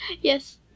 Yes